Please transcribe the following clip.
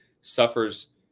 suffers